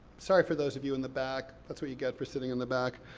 sorry for those of you in the back, that's what you get for sitting in the back.